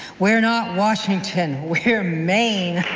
we're not washington, we're maine.